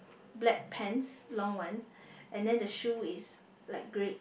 black pants long one and then the shoe is light grey